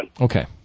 Okay